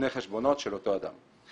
חשבונות של אותו אדם.